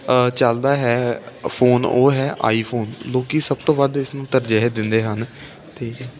ਚੱਲਦਾ ਹੈ ਫੋਨ ਉਹ ਹੈ ਆਈਫੋਨ ਲੋਕ ਸਭ ਤੋਂ ਵੱਧ ਇਸ ਨੂੰ ਤਰਜੀਹ ਦਿੰਦੇ ਹਨ ਅਤੇ